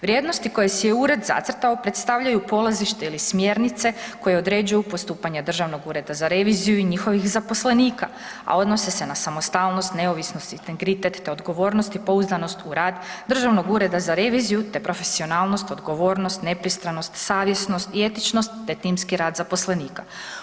Vrijednosti koje si je ured zacrtao predstavljaju polazište ili smjernice koje određuju postupanje Državnog ureda za reviziju i njihovih zaposlenika, a odnose se na samostalnost, neovisnost, integritet te odgovornost i pouzdanost u rad Državnog ureda za reviziju te profesionalnost, odgovornost, nepristranost, savjesnost i etičnost te timski rad zaposlenika.